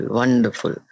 wonderful